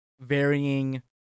varying